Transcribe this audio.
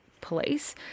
Police